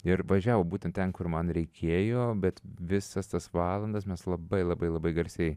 ir važiavo būtent ten kur man reikėjo bet visas tas valandas mes labai labai labai garsiai